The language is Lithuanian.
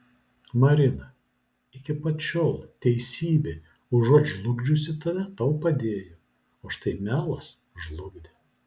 marina iki pat šiol teisybė užuot žlugdžiusi tave tau padėjo o štai melas žlugdė